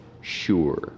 sure